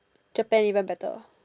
Japan even better